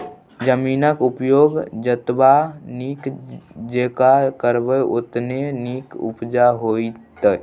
जमीनक उपयोग जतबा नीक जेंका करबै ओतने नीक उपजा होएत